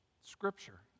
Scripture